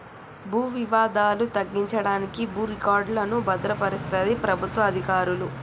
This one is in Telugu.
భూ వివాదాలు తగ్గించడానికి భూ రికార్డులను భద్రపరుస్తది ప్రభుత్వ అధికారులు